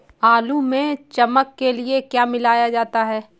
आलू में चमक के लिए क्या मिलाया जाता है?